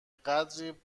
قدری